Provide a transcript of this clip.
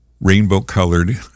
rainbow-colored